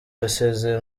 yasezeye